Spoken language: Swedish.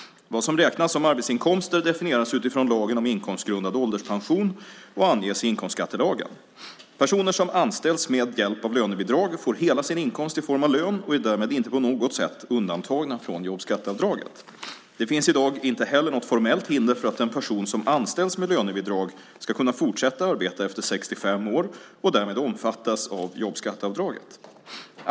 Vad som räknas som arbetsinkomster definieras utifrån lagen om inkomstgrundad ålderspension och anges i inkomstskattelagen. Personer som anställs med hjälp av lönebidrag får hela sin inkomst i form av lön och är därmed inte på något sätt undantagna från jobbskatteavdraget. Det finns i dag inte heller något formellt hinder för att en person som anställs med lönebidrag ska kunna fortsätta arbeta efter 65 år och därmed omfattas av jobbskatteavdraget.